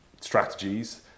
strategies